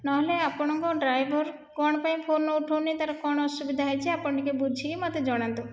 ନହେଲେ ଆପଣଙ୍କ ଡ୍ରାଇଭର କଣ ପାଇଁ ଫୋନ ଉଠାଉନି ତାର କଣ ଅସୁବିଧା ହୋଇଛି ଆପଣ ଟିକେ ବୁଝିକି ମୋତେ ଜଣାନ୍ତୁ